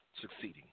succeeding